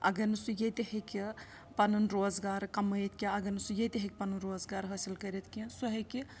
اگر نہٕ سُہ ییٚتہِ ہیٚکہِ پَنُن روزگار کَمٲیِتھ کیٚنٛہہ اگر نہٕ سُہ ییٚتہِ ہیٚکہِ پَنُن روزگار حٲصِل کٔرِتھ کیٚنٛہہ سُہ ہیٚکہِ